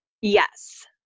Yes